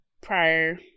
prior